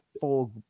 full